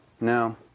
No